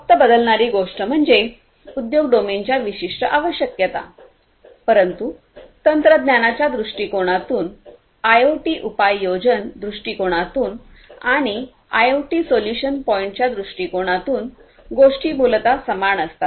फक्त बदलणारी गोष्ट म्हणजे उद्योग डोमेनच्या विशिष्ट आवश्यकता परंतु तंत्रज्ञानाच्या दृष्टिकोनातून आयओटी उपयोजन दृष्टिकोनातून आणि आयओटी सोल्यूशन पॉइण्टच्या दृष्टिकोनातून गोष्टी मूलत समान असतात